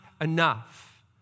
enough